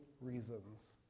reasons